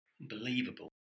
Unbelievable